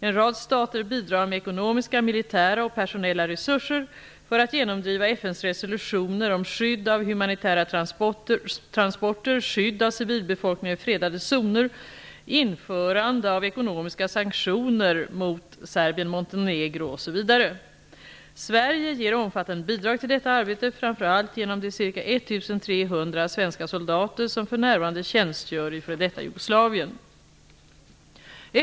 En rad stater bidrar med ekonomiska, militära och personella resurser för att genomdriva FN:s resolutioner om skydd av humanitära transporter, skydd av civilbefolkningen i fredade zoner, införande av ekonomiska sanktioner mot Serbien-Montenegro osv. Sverige ger omfattande bidrag till detta arbete, framför allt genom de ca 1 300 svenska soldater som för närvarande tjänstgör i f.d. Jugoslavien.